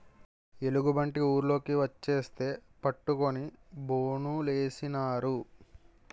ఎలుగుబంటి ఊర్లోకి వచ్చేస్తే పట్టుకొని బోనులేసినారు